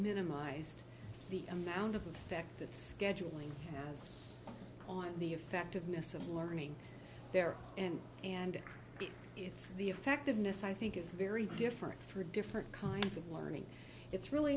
minimized the amount of effect that scheduling has on the effectiveness of learning there and and it's the effectiveness i think is very different for different kinds of learning it's really